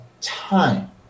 time